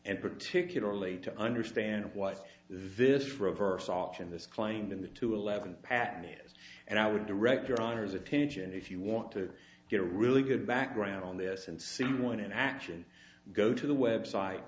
and particularly to understand what this reverse option this claim in the two eleven pattern is and i would direct your honor's attention if you want to get a really good background on this and see one in action go to the web site